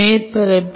மேற்பரப்பில்